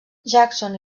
jackson